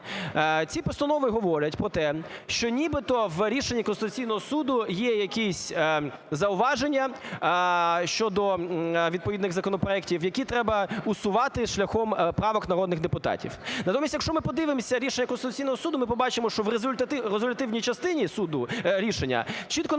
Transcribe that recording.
Ці постанови говорять про те, що, нібито, в рішенні Конституційного Суду є якісь зауваження щодо відповідних законопроектів, які треба усувати шляхом правок народних депутатів. Натомість, якщо ми подивимося рішення Конституційного Суду, ми побачимо в резолютивній частині суду... рішення чітко написано,